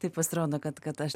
tai pasirodo kad kad aš